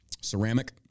ceramic